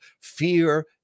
fear